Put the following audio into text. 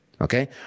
okay